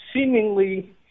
seemingly